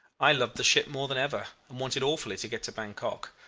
i loved the ship more than ever, and wanted awfully to get to bankok.